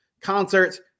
concerts